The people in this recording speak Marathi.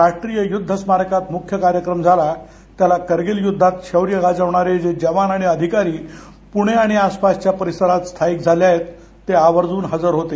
राष्ट्रीय युद्ध स्मारकात मुख्य कार्यक्रम झाला त्याला करगील युद्धात शौर्य गाजवणारे जे जवान आणि अधिकारी पुणे आणि आसपासच्या परिसरात स्थायिक झाले आहेत ते आवर्जून हजर होते